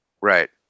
Right